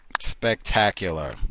Spectacular